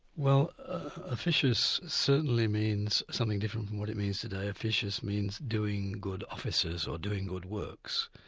well officious certainly means something different from what it means today. officious means doing good offices, or doing good works.